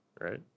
right